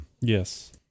Yes